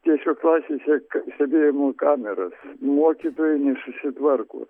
tiesiog klasėse stebėjimo kameras mokytojai nesusitvarko